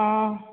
ହଁ